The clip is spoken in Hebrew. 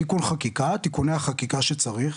תיקון חקיקה, תיקוני החקיקה שצריך,